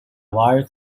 wire